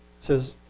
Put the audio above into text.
says